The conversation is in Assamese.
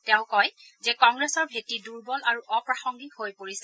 তেওঁ কয় যে কংগ্ৰেছৰ ভেটি দুৰ্বল আৰু অপ্ৰাসংগিক হৈ পৰিছে